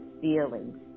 feelings